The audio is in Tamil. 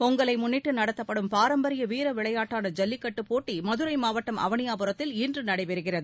பொங்கலை முன்னிட்டு நடத்தப்படும் பாரம்பரிய வீர விளையாட்டான ஜல்லிக்கட்டு போட்டி மதுரை மாவட்டம் அவனியாபுரத்தில் இன்று நடைபெறுகிறது